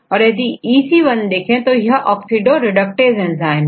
और यदिEC1 oxidoreductase enzyme है